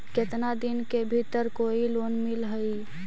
केतना दिन के भीतर कोइ लोन मिल हइ?